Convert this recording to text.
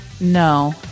No